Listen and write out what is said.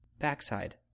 backside